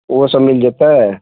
ओहो सब मिल जेतय